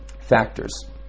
factors